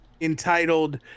entitled